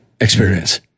experience